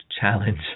challenge